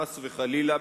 חס וחלילה,